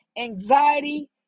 anxiety